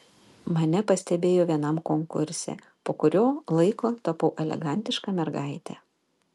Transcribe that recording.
mane pastebėjo vienam konkurse po kurio laiko tapau elegantiška mergaite